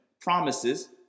promises